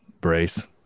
brace